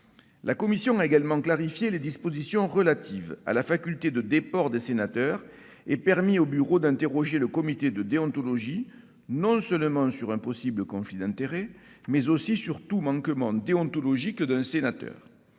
La commission a également clarifié les dispositions relatives à la faculté de déport des sénateurs et permis au bureau d'interroger le comité de déontologie non seulement sur un possible conflit d'intérêts, mais aussi sur tout manquement déontologique d'un sénateur.